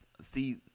see